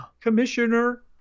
Commissioner